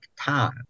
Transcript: time